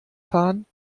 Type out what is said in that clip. fahren